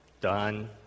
done